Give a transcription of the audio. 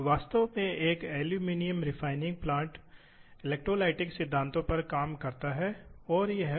इसी तरह यदि आपके पास सर्कुलर इंटरपोलेशन है तो आपको पूछना होगा शुरुआती समय दें मुझे क्षमा करें